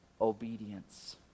obedience